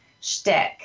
shtick